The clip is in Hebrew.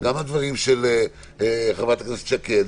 גם מהדברים של חברת הכנסת שקד,